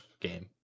game